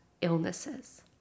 illnesses